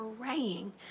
praying